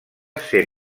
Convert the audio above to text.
ser